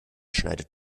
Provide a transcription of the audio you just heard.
schneidet